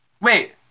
Wait